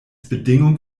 bedingung